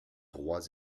rois